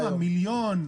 מיליון?